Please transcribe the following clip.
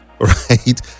right